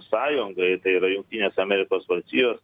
sąjungai tai yra jungtinės amerikos valstijos